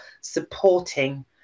supporting